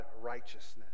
righteousness